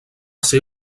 ser